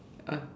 uh